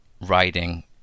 writing